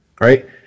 Right